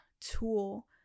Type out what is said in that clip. tool